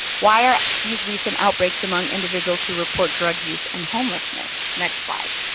why are these recent outbreaks among individuals who report drug use and homelessness? next slide.